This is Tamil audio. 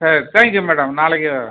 சரி தேங்க் யூ மேடம் நாளைக்கு வரேன்